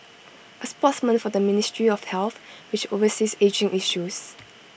A spokesman for the ministry of health which oversees ageing issues